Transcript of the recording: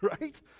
Right